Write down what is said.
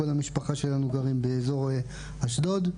כל המשפחה שלנו גרים באזור אשדוד.